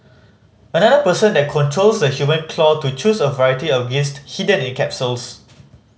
another person then controls the human claw to choose a variety of gist hidden in capsules